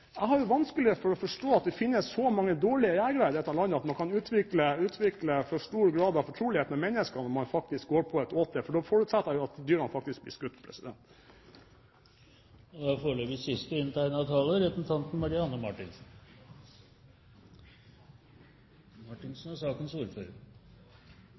Jeg har vanskelig for å forstå at det finnes så mange dårlige jegere i dette landet at dyr kan utvikle for stor grad av fortrolighet med mennesker når det går på et åte. Da forutsetter jeg faktisk at dyret blir skutt.